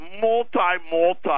multi-multi